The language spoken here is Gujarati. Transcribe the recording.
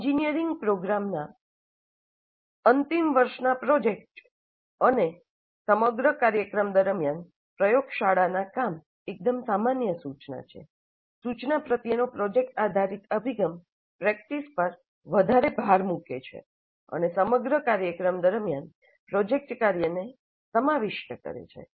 એન્જિનિયરિંગ પ્રોગ્રામનાં અંતિમ વર્ષના પ્રોજેક્ટ અને સમગ્ર કાર્યક્રમ દરમ્યાન પ્રયોગશાળાના કામ એકદમ સામાન્ય છે સૂચના પ્રત્યેનો પ્રોજેક્ટ આધારિત અભિગમ પ્રેક્ટિસ પર વધારે ભાર મૂકે છે અને સમગ્ર કાર્યક્રમ દરમ્યાન પ્રોજેક્ટ કાર્યને સમાવિષ્ટ કરે છે